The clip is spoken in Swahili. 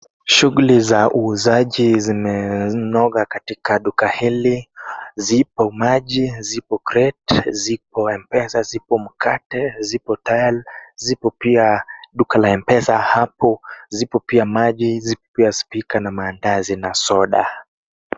Shughuli za uuzaji zimenoga katika duka hili, zipo maji, zipo crate , zipo mpesa, zipo mkate, zipo tile , zipo pia duka la mpesa hapo, zipo pia maji, zipo pia spika na mandazi na soda.